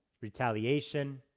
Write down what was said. retaliation